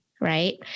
right